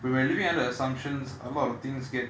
when we are living under assumptions a lot of things get